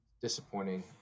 disappointing